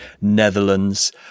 Netherlands